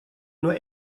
nur